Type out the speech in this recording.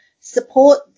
support